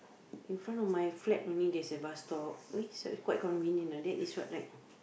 in front of my flat only there's a bus stop I mean it's quite convenient lah that is what like